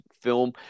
film